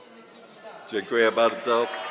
Dziękuję bardzo.